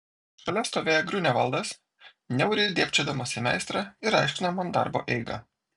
šalia stovėjo griunevaldas niauriai dėbčiodamas į meistrą ir aiškino man darbo eigą